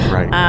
Right